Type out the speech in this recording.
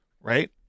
Right